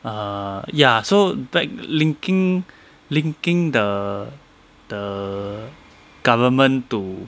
err yah so back linking linking the the government to